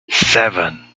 seven